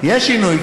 יש שינוי,